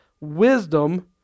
wisdom